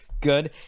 good